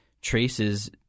traces